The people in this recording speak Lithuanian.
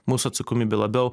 mūsų atsakomybė labiau